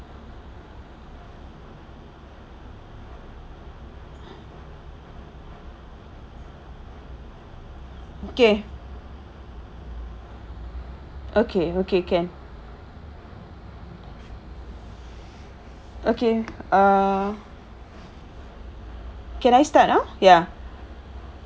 okay okay okay can okay uh can I start now ya